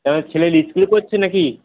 এখন ছেলে স্কুলে পড়ছে নাকি